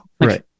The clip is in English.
Right